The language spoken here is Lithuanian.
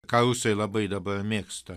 ką rusai labai dabar mėgsta